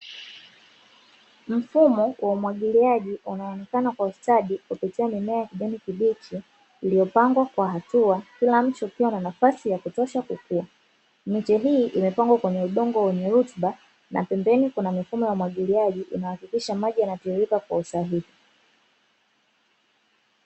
Mfumo wa umwagiliaji unaonekana kwa ustadi kupitia mimea ya kijani kibichi, iliyopangwa kwa hatua kila mche ukiwa na nafasi ya kutosha kukua. Miche hii imepangwa kwenye udongo wenye rutuba, na pembeni kuna mifumo ya umwagiliaji inayohakikisha maji yanatiririka kwa usahihi.